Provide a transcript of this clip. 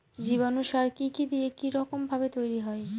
জীবাণু সার কি কি দিয়ে কি রকম ভাবে তৈরি হয়?